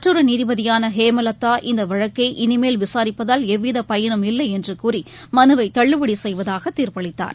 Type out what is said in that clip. மற்றொரு நீதிபதியான ஹேமலதா இந்த வழக்கை இளிமேல் விசாரிப்பதால் எவ்வித பயனும் இல்லை என்று கூறி மனுவை தள்ளுபடி செய்வதாக தீர்ப்பளித்தார்